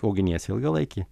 auginiesi ilgalaikį